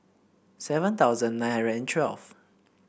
seven thousand nine hundred and twelve